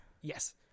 Yes